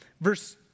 Verse